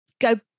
go